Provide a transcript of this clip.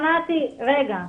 רגע,